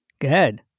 Good